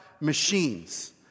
machines